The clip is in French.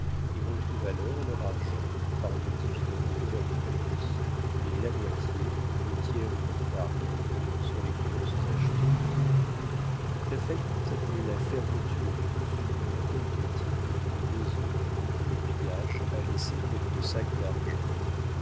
et retrouvent alors leur argent par le dividende de leurs créances et la moitié le tiers ou le quart gagné sur les créances achetées la faillite est la fermeture plus ou moins hermétique d'une maison où le pillage a laissé quelques sacs d'argent